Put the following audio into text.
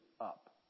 up